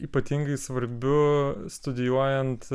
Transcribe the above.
ypatingai svarbiu studijuojant